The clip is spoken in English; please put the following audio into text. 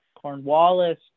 Cornwallis